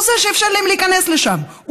הוא שאפשר להם להיכנס לשם,